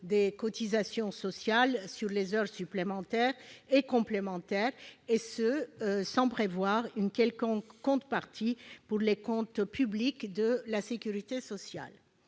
des cotisations sociales sur les heures supplémentaires et complémentaires, et ce sans prévoir une quelconque contrepartie pour les comptes publics de la sécurité sociale.